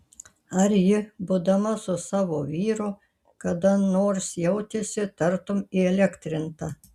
ar ji būdama su savo vyru kada nors jautėsi tartum įelektrinta